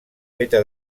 feta